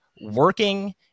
working